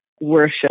worship